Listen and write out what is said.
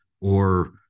or-